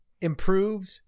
improved